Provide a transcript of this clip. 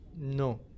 no